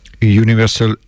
Universal